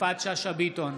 יפעת שאשא ביטון,